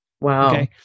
Wow